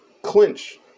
clinch